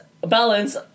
Balance